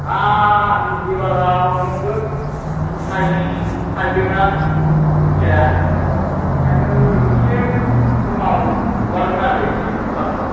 एबाराव नोगोद थाइस थाइदोंना फिथाइया ओंखायनो इसे खमाव हगारगोन आरो एसे अपारखौ